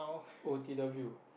O T W